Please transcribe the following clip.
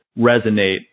resonate